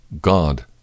God